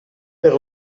per